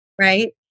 right